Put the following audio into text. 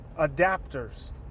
adapters